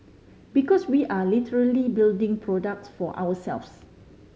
because we are literally building products for ourselves